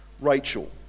Rachel